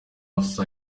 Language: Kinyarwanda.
afsa